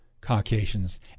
Caucasians